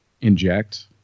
Inject